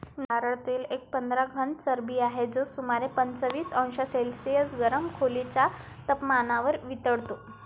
नारळ तेल एक पांढरा घन चरबी आहे, जो सुमारे पंचवीस अंश सेल्सिअस गरम खोलीच्या तपमानावर वितळतो